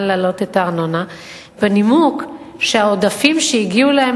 להעלות את הארנונה בנימוק שהעודפים שהגיעו להם